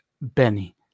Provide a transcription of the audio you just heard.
Benny